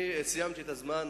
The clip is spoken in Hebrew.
אני סיימתי את זמני,